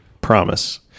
Promise